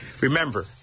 Remember